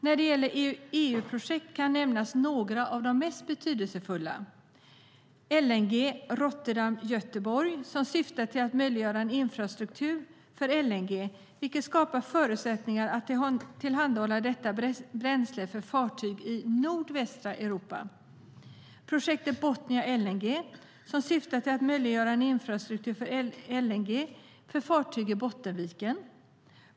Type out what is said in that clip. När det gäller EU-projekt vill jag nämna några av de mest betydelsefulla: LNG Rotterdam-Göteborg, som syftar till att möjliggöra en infrastruktur för LNG, vilket skapar förutsättningar att tillhandahålla detta bränsle för fartyg i nordvästra Europa. Projektet Bothnia LNG, som syftar till att möjliggöra en infrastruktur för LNG för fartyg i Bottenviken.